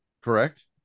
correct